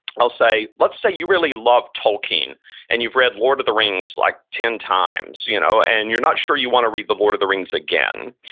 i'll say, let's say you really love tolkien and you've read lord of the rings like ten times you know and you're not sure you want to read the lord of the rings again.